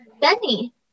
Benny